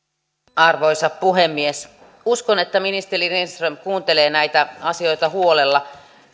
arvoisa puhemies uskon että ministeri lindström kuuntelee näitä asioita huolella